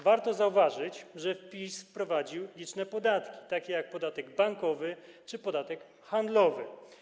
Warto zauważyć, że PiS wprowadził liczne podatki, takie jak podatek bankowy czy podatek handlowy.